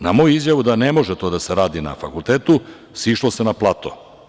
Na moju izjavu da ne može to da se radi na fakultetu, sišlo se na plato.